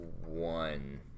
one